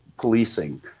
policing